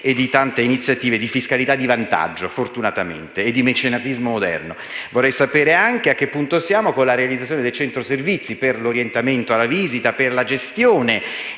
e di tante altre iniziative; parliamo di fiscalità di vantaggio, fortunatamente, e di mecenatismo moderno. Vorrei sapere anche a che punto siamo con la realizzazione del centro servizi per l'orientamento alla visita e per la gestione